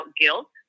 guilt